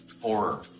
horror